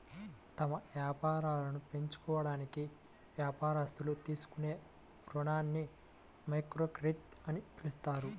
తమ వ్యాపారాలను పెంచుకోవడానికి వ్యాపారస్తులు తీసుకునే రుణాలని మైక్రోక్రెడిట్ అని పిలుస్తారు